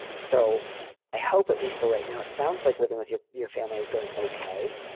so i hope, at least for right now, it sounds like living with your your family is going ok.